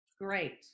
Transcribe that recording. great